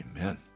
Amen